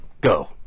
go